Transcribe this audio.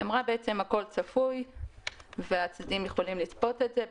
היא אמרה: בעצם הכול צפוי והצדדים יכולים לצפות את זה.